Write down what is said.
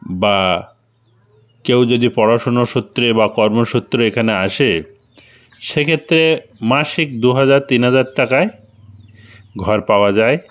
বা কেউ যদি পড়াশুনো সূত্রে বা কর্মসূত্রে এখানে আসে সে ক্ষেত্রে মাসিক দু হাজার তিন হাজার টাকায় ঘর পাওয়া যায়